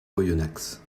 oyonnax